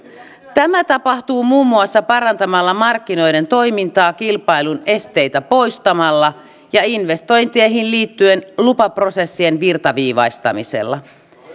tämä tapahtuu muun muassa parantamalla markkinoiden toimintaa kilpailun esteitä poistamalla ja investointeihin liittyvien lupaprosessien virtaviivaistamisella